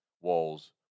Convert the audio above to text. walls